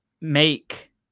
make